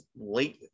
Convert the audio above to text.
late